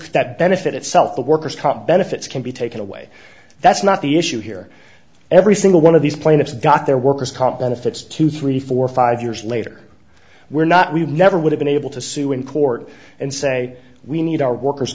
that benefit itself the worker's comp benefits can be taken away that's not the issue here every single one of these plaintiffs got their workers comp benefits two three four five years later we're not we've never would have been able to sue in court and say we need our workers